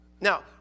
Now